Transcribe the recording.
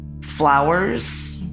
Flowers